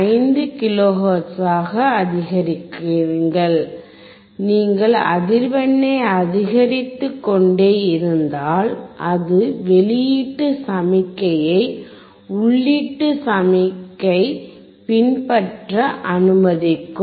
5 kilo ஹெர்ட்ஸாக அதிகரிக்கிறீர்கள் நீங்கள் அதிவெண்ணை அதிகரித்து கொண்டே இருந்தால் அது வெளியீட்டு சமிக்ஞையை உள்ளீட்டு சமிக்ஞை பின்பற்ற அனுமதிக்கும்